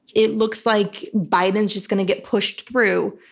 it looks like biden's just going to get pushed through,